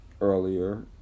earlier